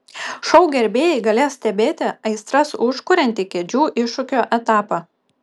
šou gerbėjai galės stebėti aistras užkuriantį kėdžių iššūkio etapą